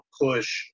push